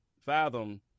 fathom